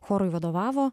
chorui vadovavo